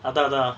அதா தா:atha tha